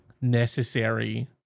necessary